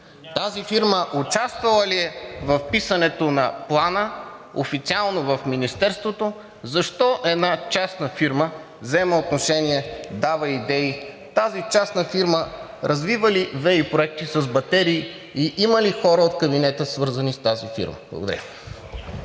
Тази фирма участвала ли е в писането на Плана официално в Министерството? Защо една частна фирма взима отношение, дава идеи? Тази частна фирма развива ли ВЕИ проекти с батерии и има ли хора от кабинета, свързани с тази фирма? Благодаря.